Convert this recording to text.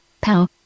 Pow